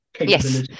Yes